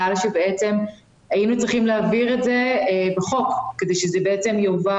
מאחר והיינו צריכים להעביר את זה בחוק כדי שזה יובא